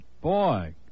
Boy